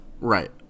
Right